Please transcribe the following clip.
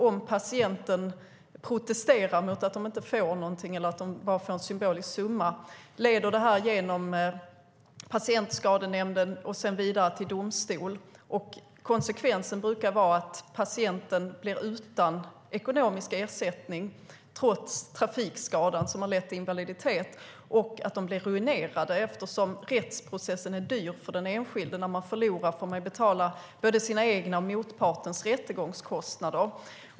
Om patienten protesterar mot att han eller hon inte får någonting eller bara får en symbolisk summa går det till Patientskadenämnden och sedan vidare till domstol. Konsekvensen brukar vara att patienten blir utan ekonomisk ersättning trots trafikskadan som lett till invaliditet. Dessutom blir patienten ruinerad eftersom rättsprocessen är dyr för den enskilde. När man förlorar får man betala både sina egna och motpartens rättegångskostnader.